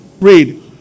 Read